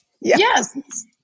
Yes